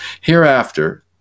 Hereafter